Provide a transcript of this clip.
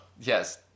Yes